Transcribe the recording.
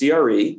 CRE